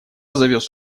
завез